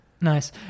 Nice